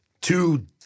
two